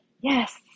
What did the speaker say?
Yes